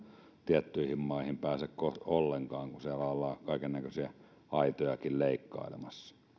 tiettyihin maihin pääse ollenkaan kun siellä ollaan kaikennäköisiä aitojakin leikkailemassa